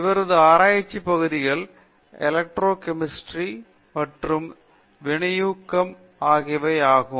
அவரது ஆராய்ச்சி பகுதிகள் எலெக்ட்ரோ கெமிஸ்ட்ரி மற்றும் வினையூக்கம் ஆகியவை ஆகும்